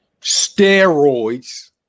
steroids